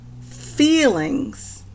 feelings